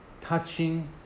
touching